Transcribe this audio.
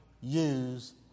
use